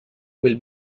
will